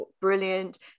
brilliant